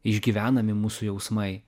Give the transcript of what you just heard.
išgyvenami mūsų jausmai